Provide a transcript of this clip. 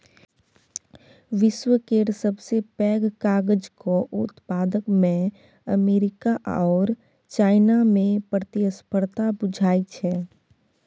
विश्व केर सबसे पैघ कागजक उत्पादकमे अमेरिका आओर चाइनामे प्रतिस्पर्धा बुझाइ छै